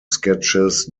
sketches